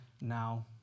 now